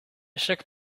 chaque